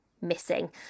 missing